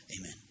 Amen